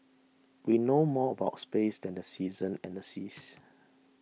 we know more about space than the seasons and the seas